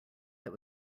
that